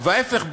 וההפך,